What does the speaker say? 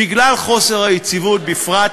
בגלל חוסר היציבות, בפרט